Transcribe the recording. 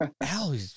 Al